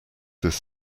this